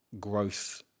growth